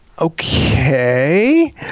okay